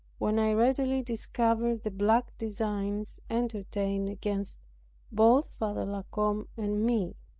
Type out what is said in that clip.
when i readily discovered the black designs entertained against both father la combe and me.